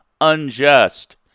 unjust